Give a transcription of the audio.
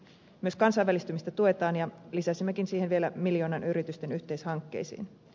myös kansainvälistymistä tuetaan ja lisäsimmekin siihen vielä miljoonan yritysten yhteishankkeisiin